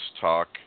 talk